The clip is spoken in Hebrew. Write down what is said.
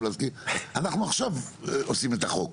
אנחנו עכשיו עושים את החוק,